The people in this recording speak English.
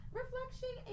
reflection